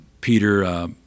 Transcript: Peter